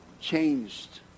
changed